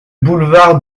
boulevard